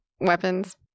weapons